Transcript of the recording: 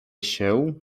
się